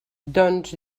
doncs